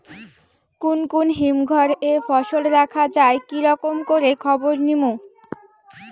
কুন কুন হিমঘর এ ফসল রাখা যায় কি রকম করে খবর নিমু?